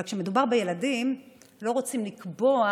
אבל כשמדובר בילדים לא רוצים לקבוע